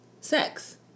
sex